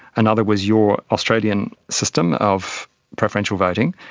another was your australian system of preferential voting,